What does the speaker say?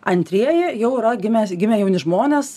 antrieji jau yra gimęs gimę jauni žmonės